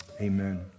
Amen